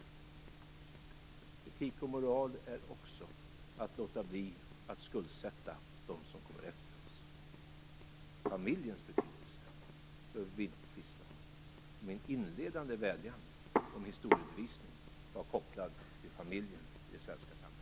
Etik och moral är också att låta bli att skuldsätta dem som kommer efter oss. Familjens betydelse behöver vi inte tvista om. Min inledande vädjan om historieundervisning var kopplad till familjen i det svenska samhället.